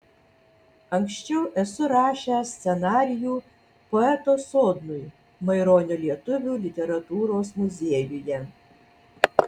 anksčiau esu rašęs scenarijų poeto sodnui maironio lietuvių literatūros muziejuje